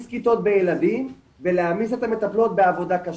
כיתות בילדים ולהעמיס את המטפלות בעבודה קשה,